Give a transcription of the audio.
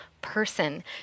person